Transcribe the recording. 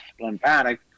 lymphatic